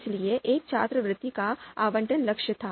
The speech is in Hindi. इसलिए एक छात्रवृत्ति का आवंटन लक्ष्य था